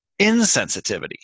insensitivity